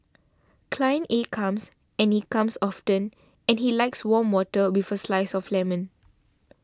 client A comes and he comes often and he likes warm water with a slice of lemon